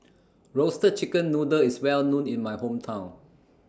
Roasted Chicken Noodle IS Well known in My Hometown